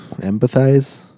empathize